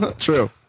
True